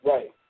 Right